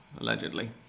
allegedly